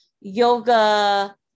yoga